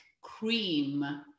cream